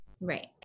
right